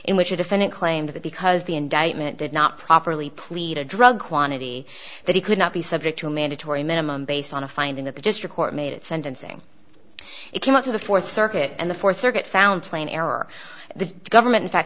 in which a defendant claimed that because the indictment did not properly plead a drug quantity that he could not be subject to a mandatory minimum based on a finding that the district court made it sentencing it came up to the fourth circuit and the fourth circuit found plain error the government in fa